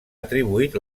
atribuït